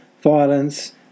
violence